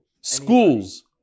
Schools